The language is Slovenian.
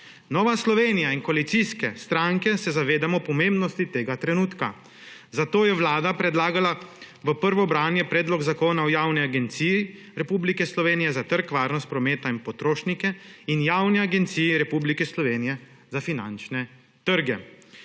Nova Slovenija in koalicijske stranke se zavedamo pomembnosti tega trenutka. Zato je Vlada predlagala v prvo branje Predlog zakona o Javni agenciji Republike Slovenije za trg, varnost prometa in potrošnike in Javni agenciji Republike Slovenije za finančne trge.